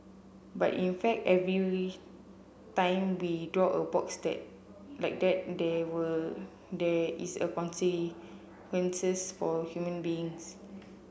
but in fact every time we draw a box that like that there there is a consequences for human beings